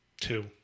Two